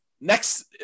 next